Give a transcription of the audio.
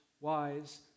wise